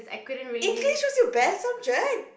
English was your best subject